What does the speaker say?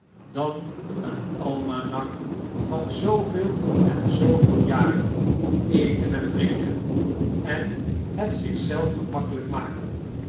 dan een almanak van zooveel en zooveel jaren eten en drinken en het zich zelf gemakkelijk maken